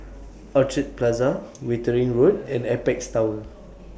Orchid Plaza Wittering Road and Apex Tower